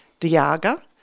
Diaga